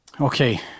Okay